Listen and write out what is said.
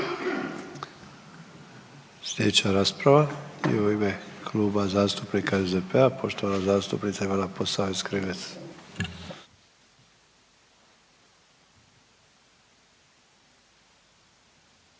Sljedeća rasprava je u ime Kluba zastupnika SDP-a poštovana zastupnica Ivana Posavec Krivec.